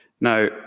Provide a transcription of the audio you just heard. Now